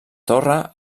torre